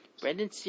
Brendan